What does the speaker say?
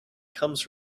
comes